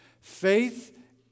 Faith